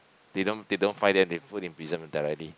they don't they don't fine them they put them in prison directly